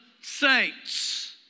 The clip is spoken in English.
saints